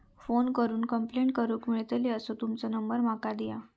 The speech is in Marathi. फोन करून कंप्लेंट करूक मेलतली असो तुमचो नंबर माका दिया?